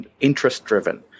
interest-driven